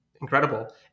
Incredible